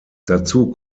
dazu